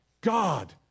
God